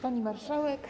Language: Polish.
Pani Marszałek!